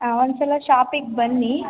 ಹಾಂ ಒಂದು ಸಲ ಶಾಪಿಗೆ ಬನ್ನಿ